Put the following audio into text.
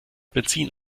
benzin